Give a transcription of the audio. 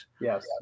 Yes